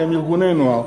אלא הם ארגוני נוער.